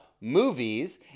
movies